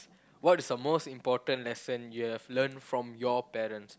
what is the most important lesson you have learn from your parents